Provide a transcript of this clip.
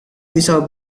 bisa